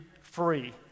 free